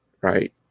right